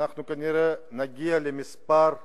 כנראה נגיע למספר מאוד,